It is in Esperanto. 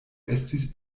estis